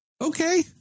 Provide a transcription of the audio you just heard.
okay